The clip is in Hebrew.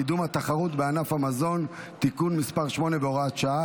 קידום התחרות בענף המזון (תיקון מס' 8 והוראת שעה),